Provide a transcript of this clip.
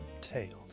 tailed